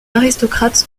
aristocrate